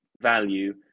value